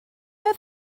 oedd